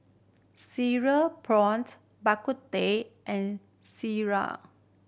cereal prawned Bak Kut Teh and sireh